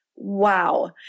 wow